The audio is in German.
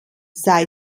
sei